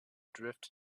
drift